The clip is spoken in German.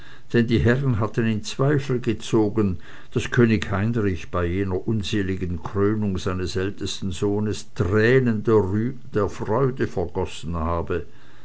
denn die herren hatten in zweifel gezogen daß könig heinrich bei jener unseligen krönung seines ältesten sohnes tränen der freude vergossen habe